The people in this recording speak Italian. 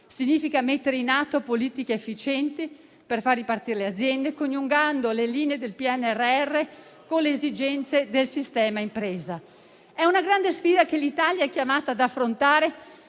Significa mettere in atto politiche efficienti per far ripartire le aziende coniugando le linee del PNRR con le esigenze del sistema impresa. È una grande sfida, che l'Italia è chiamata ad affrontare